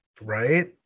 Right